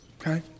okay